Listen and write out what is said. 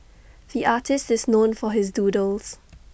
the artist is known for his doodles